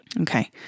Okay